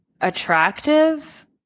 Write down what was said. attractive